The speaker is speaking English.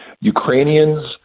ukrainians